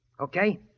Okay